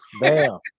Bam